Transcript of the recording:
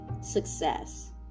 success